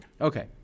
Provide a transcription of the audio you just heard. Okay